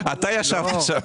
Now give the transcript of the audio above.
אתה היית יושב-ראש ועדת הכספים.